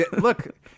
Look